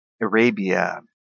Arabia